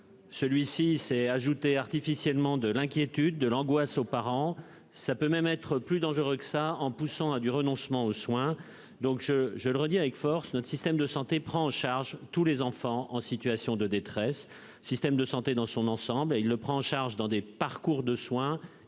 celui-ci s'est ajoutée artificiellement de l'inquiétude de l'angoisse aux parents, ça peut même être plus dangereux que ça, en poussant à du renoncement aux soins donc je je le redis avec force notre système de santé prend en charge tous les enfants en situation de détresse, système de santé dans son ensemble, il le prend en charge dans des parcours de soins